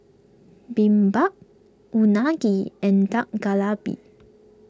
Bibimbap Unagi and Dak